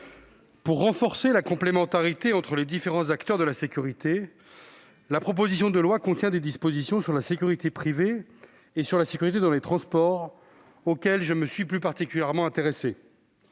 loi renforce la complémentarité entre les différents acteurs de la sécurité, grâce à des dispositions sur la sécurité privée et sur la sécurité dans les transports, auxquelles je me suis plus particulièrement intéressé.